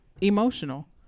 emotional